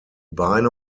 beine